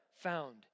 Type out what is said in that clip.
found